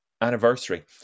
anniversary